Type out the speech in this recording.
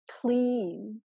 clean